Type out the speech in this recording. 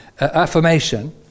affirmation